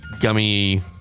gummy